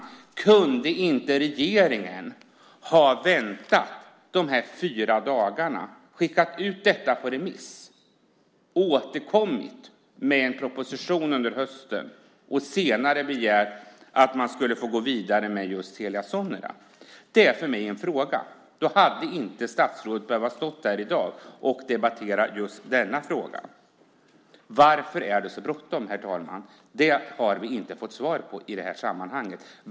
Varför kunde regeringen inte ha väntat de här fyra dagarna, skickat ut detta på remiss och återkommit med en proposition under hösten för att senare begära att få gå vidare med Telia Sonera? Det undrar jag. Statsrådet skulle ju då inte ha behövt stå här i dag och debattera just denna fråga. Frågan om varför det är så bråttom har vi inte fått svar på.